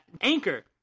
anchor